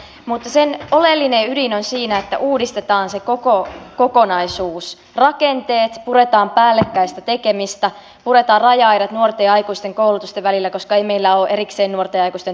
mutta sen oleellinen ydin on siinä että uudistetaan se koko kokonaisuus rakenteet puretaan päällekkäistä tekemistä puretaan raja aidat nuorten ja aikuisten koulutusten välillä koska ei meillä ole erikseen nuorten ja aikuisten työmarkkinoitakaan